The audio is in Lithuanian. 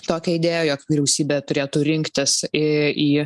tokią idėją jog vyriausybė turėtų rinktis į į